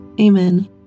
Amen